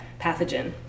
pathogen